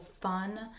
fun